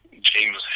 James